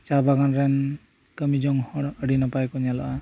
ᱪᱟ ᱵᱟᱜᱟᱱ ᱨᱮᱱ ᱠᱟᱢᱤ ᱡᱚᱝ ᱦᱚᱲ ᱟᱰᱤ ᱱᱟᱯᱟᱭ ᱠᱚ ᱧᱮᱞᱚᱜᱼᱟ